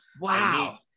wow